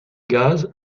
gaz